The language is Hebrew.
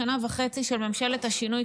בשנה וחצי של ממשלת השינוי,